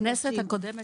בכנסת הקודמת